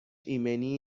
ایمنی